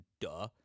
duh